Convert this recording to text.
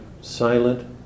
silent